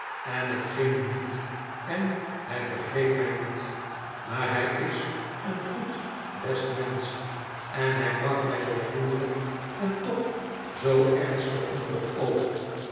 en het ging niet en hy begreep my niet maar hy is een goed best mensch en hi bracht mij zoo vriendelyk en toch zoo ernstig onder het oog